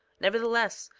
nevertheless,